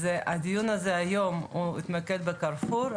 הדיון היום יתמקד ב'קרפור',